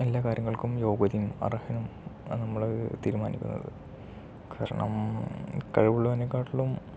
എല്ലാ കാര്യങ്ങൾക്കും യോഗ്യനും അർഹനും നമ്മൾ തീരുമാനിക്കുന്നത് കാരണം കഴിവുള്ളവനെക്കാളും